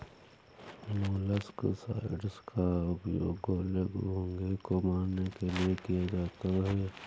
molluscicides का उपयोग गोले, घोंघे को मारने के लिए किया जाता है